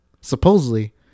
Supposedly